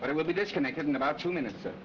but it will be disconnected in about two minutes